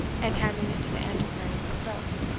and handing it to the antiquary as he spoke.